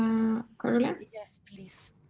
caroline? yes please?